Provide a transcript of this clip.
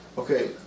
Okay